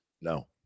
No